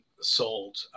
sold